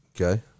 okay